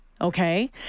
okay